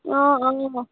অঁ অঁ